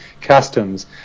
Customs